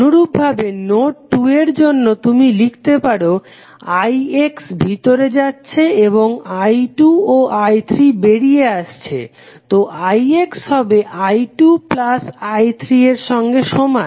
অনুরূপভাবে নোড 2 এর জন্য তুমি লিখতে পারো ix ভিতরে যাচ্ছে এবং I2 ও I3 বেরিয়ে আসছে তো ix হবে I2I3 এর সঙ্গে সমান